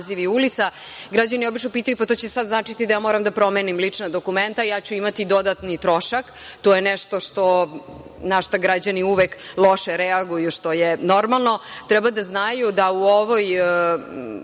građani obično pitaju – pa, to će sad značiti da ja moram da promenim lična dokumenta, ja ću imati dodatni trošak, to je nešto na šta građani uvek loše reaguju, što je normalno. Treba da znaju da u ovoj